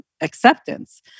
acceptance